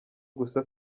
gusa